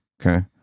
okay